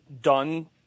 done